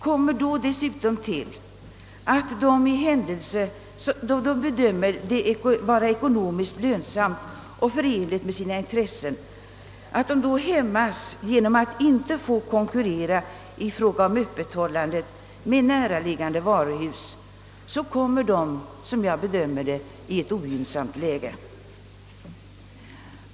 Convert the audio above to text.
Kommer därtill att de hämmas genom att inte få konkurrera med näraliggande varuhus i fråga om öppethållande, när de bedömer detta vara ekonomiskt lönsamt och förenligt med sina intressen, försättes de enligt min mening i en besvärlig situation.